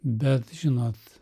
bet žinot